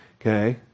okay